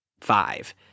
five